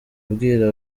abwira